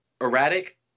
erratic